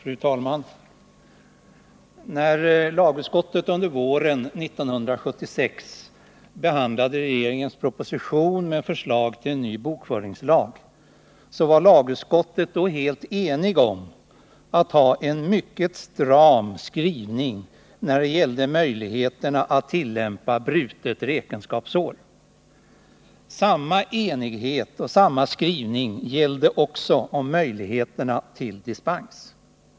Fru talman! När lagutskottet under våren 1976 behandlade regeringens proposition med förslag till en ny bokföringslag var utskottet helt enigt om att man skulle ha en mycket stram skrivning när det gällde möjligheterna att tillämpa brutet räkenskapsår. Samma enighet gällde skrivningen angående möjligheterna till dispens.